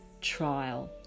trial